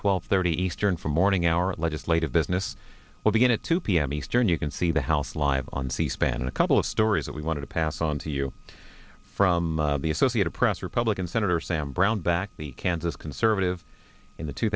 twelve thirty eastern for morning our legislative business will begin at two p m eastern you can see the house live on c span a couple of stories that we want to pass on to you from the associated press republican senator sam brownback the kansas conservative in the two